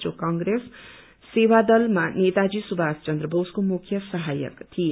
जो कंग्रेस सेवा दलमा नेताजी सुभाष चन्द्र बोसको मुख सहायक थिए